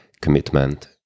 commitment